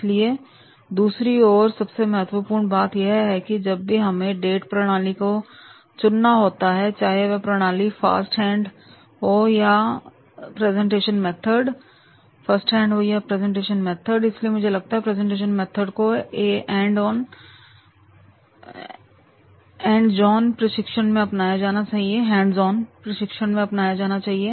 इसलिए दूसरा और सबसे महत्वपूर्ण बात यह है कि जब भी हमें डेट प्रणाली को चुनना होता है चाहे वह प्रणाली फास्ट हैंड हो या नहीं प्रेजेंटेशन मेथड इसलिए मुझे लगता है कि प्रेजेंटेशन मेथड को एंड जॉन प्रशिक्षण में अपनाना चाहिए